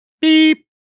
Beep